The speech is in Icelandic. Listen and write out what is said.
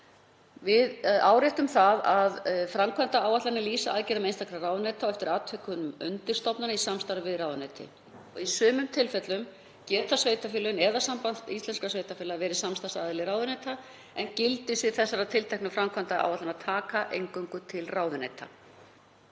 Við áréttum að framkvæmdaáætlanir lýsa aðgerðum einstakra ráðuneyta og eftir atvikum undirstofnana í samstarfi við ráðuneyti. Í sumum tilfellum geta sveitarfélögin eða Samband íslenskra sveitarfélaga verið samstarfsaðili ráðuneyta en gildissvið þessara tilteknu framkvæmdaáætlana taka eingöngu til ráðuneyta.